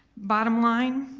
bottom line,